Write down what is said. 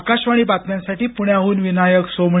आकाशवाणी बातम्यांसाठी पुण्याहून विनायक सोमणी